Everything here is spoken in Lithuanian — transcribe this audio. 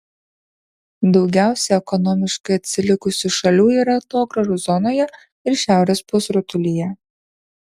daugiausiai ekonomiškai atsilikusių šalių yra atogrąžų zonoje ir šiaurės pusrutulyje